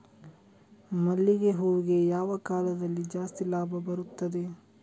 ಮಲ್ಲಿಗೆ ಹೂವಿಗೆ ಯಾವ ಕಾಲದಲ್ಲಿ ಜಾಸ್ತಿ ಲಾಭ ಬರುತ್ತದೆ?